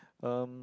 um